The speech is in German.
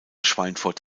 schweinfurt